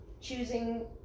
choosing